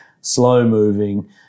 slow-moving